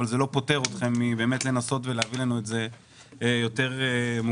אבל זה לא פוטר אתכם מלנסות להביא לנו את זה יותר מוקדם.